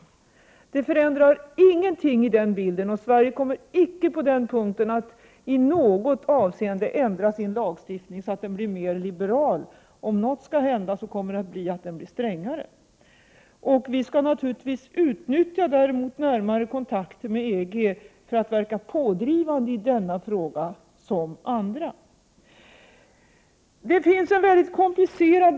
Ingenting kommer att förändras i den bilden och Sverige kommer icke på den punkten att i något avseende ändra sin lagstiftning så, att den blir mer liberal, snarare tvärtom. Vi skall däremot naturligtvis utnyttja närmare kontakter med EG för att verka pådrivande i såväl denna fråga som andra frågor.